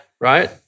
right